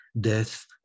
death